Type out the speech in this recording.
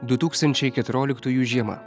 du tūkstančiai keturioliktųjų žiemą